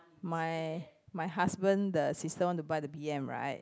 my my husband the sister want to buy the B_M right